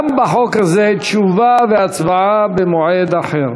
גם בחוק הזה, תשובה והצבעה במועד אחר.